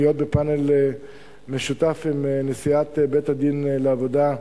להיות בפאנל משותף עם נשיאת בית-הדין לעבודה,